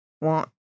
want